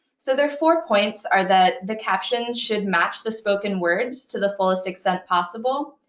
so their four points are that the captions should match the spoken words to the fullest extent possible.